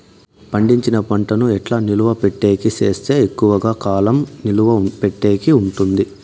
పండించిన పంట ను ఎట్లా నిలువ పెట్టేకి సేస్తే ఎక్కువగా కాలం నిలువ పెట్టేకి ఉంటుంది?